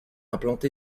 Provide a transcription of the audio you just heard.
implanté